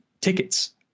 tickets